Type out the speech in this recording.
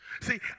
see